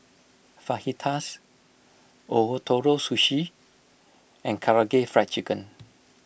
Fajitas Ootoro Sushi and Karaage Fried Chicken